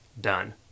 Done